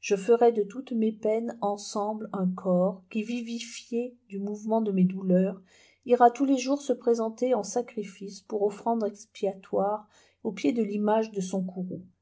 je ferai de toutes mes peines ensemble un corps qui vivifié du mouvement de mes douleurs ira tous les jours se présenter en sacrifice pour offrande expiatoire aux pieds de l'image de son